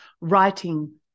writing